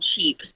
cheap